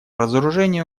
разоружению